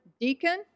deacon